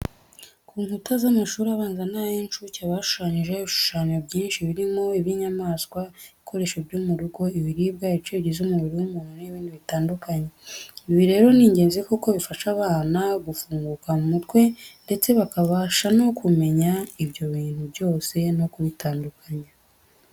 Ku nkuta z'amashuri abanza n'ay'incuke haba hashushanyijeho ibishushanyo byinshi birimo iby'inyamaswa, ibikoresho byo mu rugo, ibiribwa, ibice bigize umubiri w'umuntu n'ibindi bitandukanye. Ibi rero ni ingenzi kuko bifasha aba bana gufunguka mu mutwe ndetse bakabasha no kumenya ibyo bintu byose no kubitandukanya.